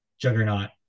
juggernaut